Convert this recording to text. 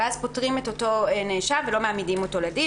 ואז פוטרים את אותו נאשם ולא מעמידים אותו לדין.